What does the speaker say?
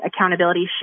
accountability